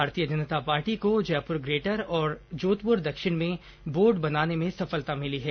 भारतीय जनता पार्टी को जयपुर ग्रेटर और जोधपुर दक्षिण में बोर्ड बनाने में सफलता मिली है